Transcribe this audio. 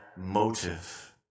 motive